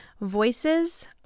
voices